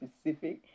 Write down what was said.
specific